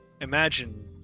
imagine